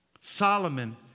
Solomon